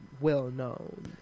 well-known